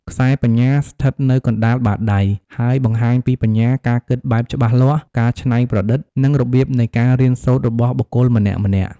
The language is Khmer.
ខ្សែបញ្ញា ស្ថិតនៅកណ្តាលបាតដៃ ហើយបង្ហាញពីបញ្ញា ការគិតបែបច្បាស់លាស់ ការច្នៃប្រឌិត និងរបៀបនៃការរៀនសូត្ររបស់បុគ្គលម្នាក់ៗ។